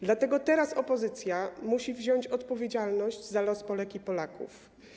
Dlatego teraz opozycja musi wziąć odpowiedzialność za los Polek i Polaków.